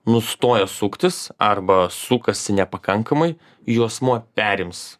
nustoja suktis arba sukasi nepakankamai juosmuo perims